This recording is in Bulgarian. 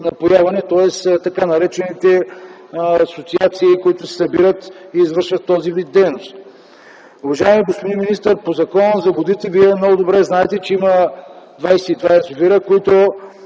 напояване, така наречените асоциации, които се събират и извършват този вид дейност? Уважаеми господин министър, по Закона за водите много добре знаете, че има 22 язовира към